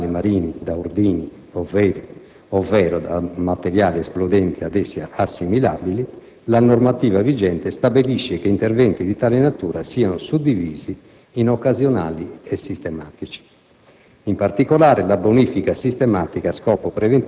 Venendo alla questione della bonifica delle acque e dei fondali marini da ordigni ovvero da materiali esplodenti ad essi assimilabili, la normativa vigente stabilisce che interventi di tale natura siano suddivisi in occasionali e sistematici.